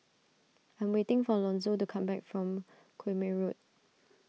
I am waiting for Lonzo to come back from Quemoy Road